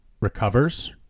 recovers